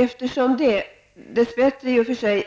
Eftersom det, dess bättre i och för sig,